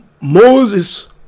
Moses